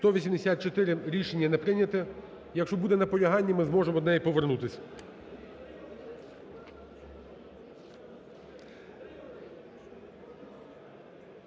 За-184 Рішення не прийнято. Якщо буде наполягання, ми зможемо до неї повернутися.